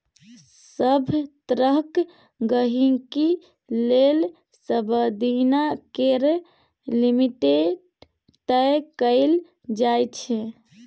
सभ तरहक गहिंकी लेल सबदिना केर लिमिट तय कएल जाइ छै